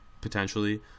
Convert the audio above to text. potentially